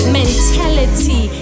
mentality